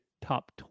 top